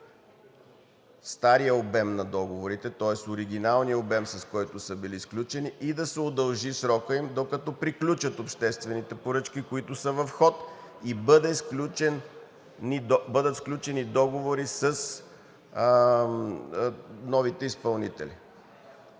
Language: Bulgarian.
старият обем на договорите, тоест оригиналният обем, с който са били сключени, и да се удължи срокът им, докато приключат обществените поръчки, които са в ход, и бъдат сключени договори с новите изпълнители.